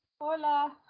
Hola